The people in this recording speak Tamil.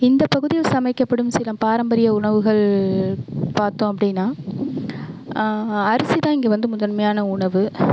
இந்தப் பகுதியில் சமைக்கப்படும் சில பாரம்பரிய உணவுகள் பார்த்தோம் அப்படின்னா அரிசி தான் இங்கே வந்து முதன்மையான உணவு